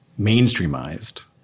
mainstreamized